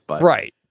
Right